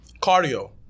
cardio